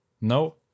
no